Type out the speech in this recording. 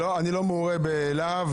אני לא מעורה בלהב.